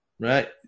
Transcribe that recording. Right